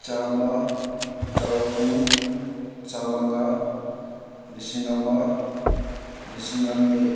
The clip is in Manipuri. ꯆꯥꯝꯃ ꯆꯍꯨꯝ ꯆꯥꯝꯃꯉꯥ ꯂꯤꯁꯤꯡ ꯑꯃ ꯂꯤꯁꯤꯡ ꯑꯅꯤ